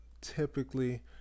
typically